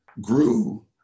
grew